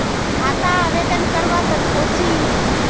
खाता आवेदन करवा संकोची?